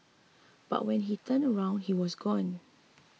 but when he turned around he was gone